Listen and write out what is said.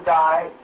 die